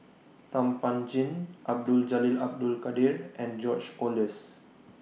Thum Ping Tjin Abdul Jalil Abdul Kadir and George Oehlers